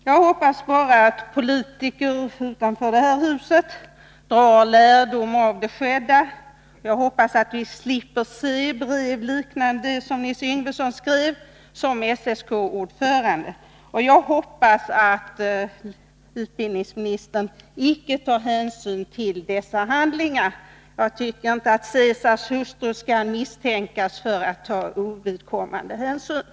Jag hoppas att politiker utanför det här huset drar lärdom av det skedda och att vi slipper se brev liknande det Nils Yngvesson skrev som SSK-ordförande. Jag hoppas också att utbildningsministern icke tar hänsyn till dessa handlingar — Caesars hustru får som bekant inte ens misstänkas.